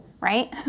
Right